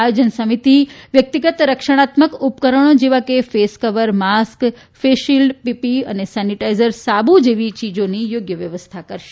આયોજન સમિતિ વ્યક્તિગત રક્ષણાત્મક ઉપકરણો જેવી કે face cover mask face shield PPE અને સેનિટાઇઝર સાબુ વગેરે ચીજોની યોગ્ય વ્યવસ્થા કરશે